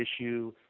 issue